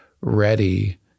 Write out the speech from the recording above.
ready